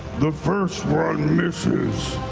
the first one misses.